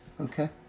Okay